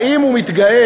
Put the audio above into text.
האם הוא מתגאה,